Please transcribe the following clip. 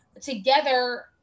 together